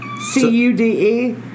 C-U-D-E